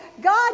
God